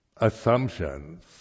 assumptions